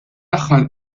aħħar